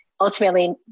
ultimately